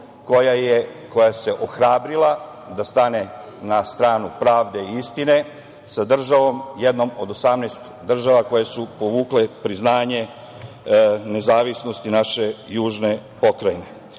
koja se ohrabrila da stane na stranu pravde i istine, sa jednom od 18 država koje su povukle priznanje nezavisnosti naše južne pokrajine. Tačnije,